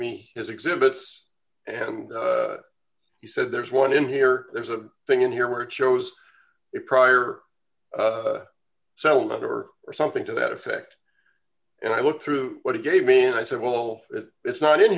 me his exhibits and he said there's one in here there's a thing in here where it shows it prior settlement or or something to that effect and i looked through what he gave me and i said well it it's not in